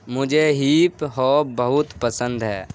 مجھے hip hop بہت پسند ہے